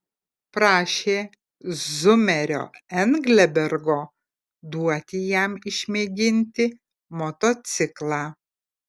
prašė zumerio englebergo duoti jam išmėginti motociklą